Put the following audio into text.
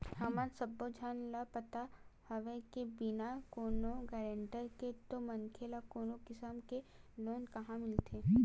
हमन सब्बो झन ल पता हवय के बिना कोनो गारंटर के तो मनखे ल कोनो किसम के लोन काँहा मिलथे